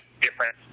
different